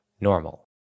normal